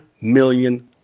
million